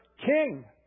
King